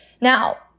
Now